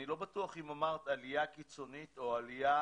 אני לא בטוח אם אמרת עלייה קיצונית או שאמרת עלייה